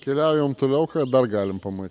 keliaujam toliau ką dar galime pama